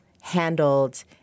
handled